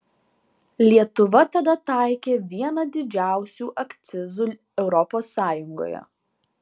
lietuva tada taikė vieną didžiausių akcizų europos sąjungoje